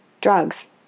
drugs